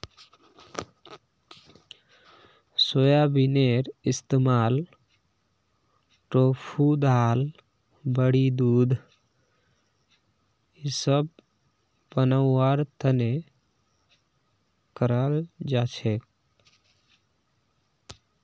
सोयाबीनेर इस्तमाल टोफू दाल बड़ी दूध इसब बनव्वार तने कराल जा छेक